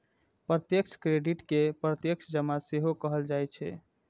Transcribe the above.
प्रत्यक्ष क्रेडिट कें प्रत्यक्ष जमा सेहो कहल जाइ छै